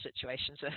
situations